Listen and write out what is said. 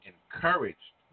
Encouraged